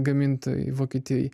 gamintojai vokietijoj